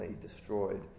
destroyed